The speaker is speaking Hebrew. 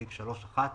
בסעיף 3,(1)